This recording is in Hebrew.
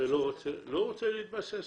לא רוצה להתבסס